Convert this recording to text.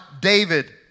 David